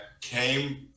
came